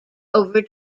over